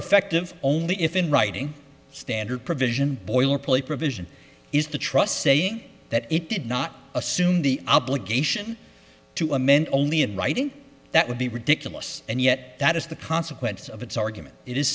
effective only if in writing standard provision boilerplate provision is to trust saying that it did not assume the obligation to amend only in writing that would be ridiculous and yet that is the consequence of its argument i